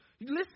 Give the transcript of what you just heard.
Listen